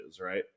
right